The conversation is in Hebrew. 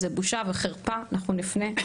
זו בושה וחרפה, אנחנו נפנה.